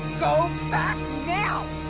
go back now!